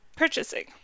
Purchasing